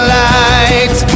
light